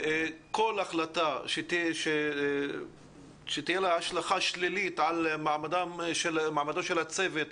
כל החלטה שתהיה לה השלכה שלילית על מעמדו של הצוות,